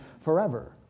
forever